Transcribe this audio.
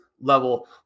level